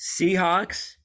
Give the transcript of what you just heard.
Seahawks